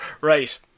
Right